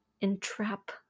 entrap